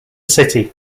city